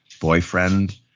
boyfriend